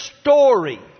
story